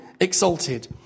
exalted